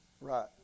Right